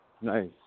Nice